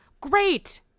great